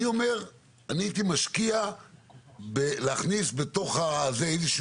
אני הייתי משקיע להכניס לחוק איזושהי